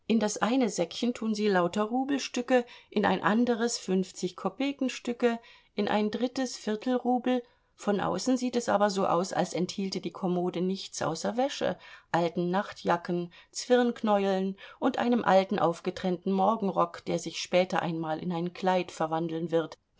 in das eine säckchen tun sie lauter rubelstücke in ein anderes fünfzigkopekenstücke in ein drittes viertelrubel von außen sieht es aber so aus als enthielte die kommode nichts außer wäsche alten nachtjacken zwirnknäueln und einem alten aufgetrennten morgenrock der sich später einmal in ein kleid verwandeln wird